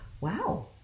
wow